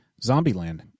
Zombieland